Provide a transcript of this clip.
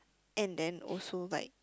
and then also like